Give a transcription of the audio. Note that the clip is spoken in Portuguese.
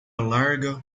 larga